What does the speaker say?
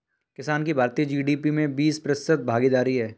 किसान की भारतीय जी.डी.पी में बीस प्रतिशत भागीदारी है